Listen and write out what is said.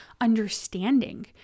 understanding